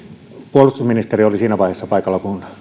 puolustusministeri oli siinä vaiheessa paikalla kun